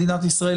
מדינת ישראל,